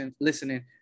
listening